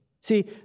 see